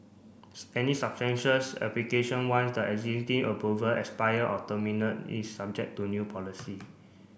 any application once the existing approval expire or terminate is subject to new policy